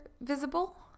visible